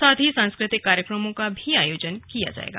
साथ ही सांस्कृतिक कार्यक्रमों का भी आयोजन किया जाएगा